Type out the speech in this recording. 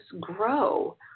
grow